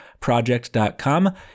project.com